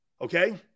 Okay